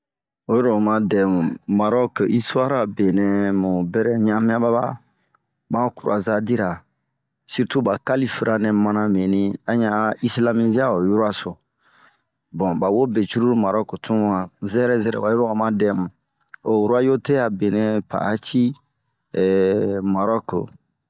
Oyilo'o ma dɛmu ,marɔk istuare abenɛh muberɛso ɲa'amia maba mahan kurazadira sirtu ba kalifra nɛ mana bini aɲan isilamizia ho yura so. Bon ba wo be cururu marɔk tun wa.zɛrɛ zɛrɛ wayi lo wa ma dɛmu, ho rwayote pa'a cii marɔk unhun.